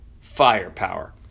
firepower